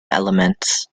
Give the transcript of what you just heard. elements